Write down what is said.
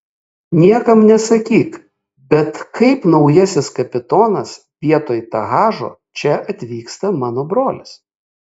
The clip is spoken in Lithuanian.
niekam nesakyk bet kaip naujasis kapitonas vietoj tahašo čia atvyksta mano brolis